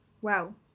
Wow